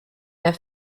der